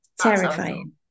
Terrifying